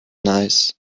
nice